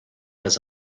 does